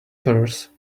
purse